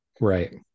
Right